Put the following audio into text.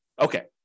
Okay